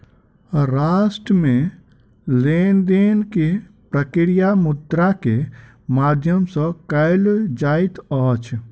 राष्ट्र मे लेन देन के प्रक्रिया मुद्रा के माध्यम सॅ कयल जाइत अछि